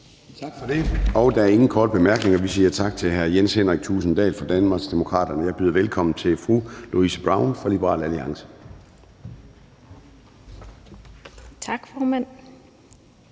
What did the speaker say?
Tak for det. Der er ingen korte bemærkninger. Vi siger tak til hr. Jens Henrik Thulesen Dahl fra Danmarksdemokraterne, og jeg byder velkommen til fru Louise Brown fra Liberal Alliance. Kl.